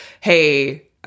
Hey